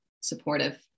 supportive